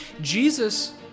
jesus